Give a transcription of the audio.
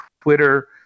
Twitter